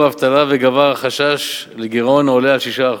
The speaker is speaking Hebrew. האבטלה וגבר החשש מגירעון העולה על 6%,